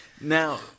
Now